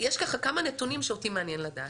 יש ככה כמה נתונים שאותי מעניין לדעת.